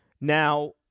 Now